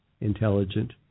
intelligent